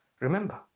Remember